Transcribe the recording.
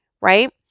right